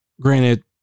granted